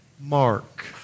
Mark